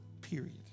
period